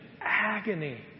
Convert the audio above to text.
agony